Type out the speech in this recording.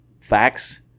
facts